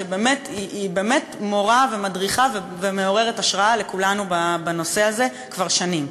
היא באמת מורה ומדריכה ומעוררת השראה אצל כולנו בנושא הזה כבר שנים.